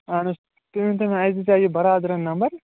اَہَن حظ تُہۍ ؤنۍ تَو مےٚ اَسہِ دِژیاو یہِ بَرادَرَن نمبَر